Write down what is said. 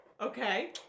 Okay